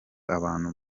abantu